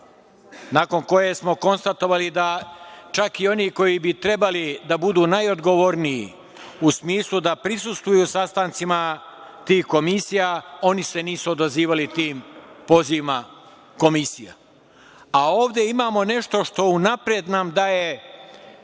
nakon koje smo konstatovali da čak i oni koji bi trebali da budu najodgovorniji u smislu da prisustvuju sastancima tih komisija, oni se nisu odazivali tim pozivima komisija. Ovde imamo nešto što nam unapred daje